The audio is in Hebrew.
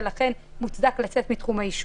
ולכן מוצדק לצאת מתחום היישוב.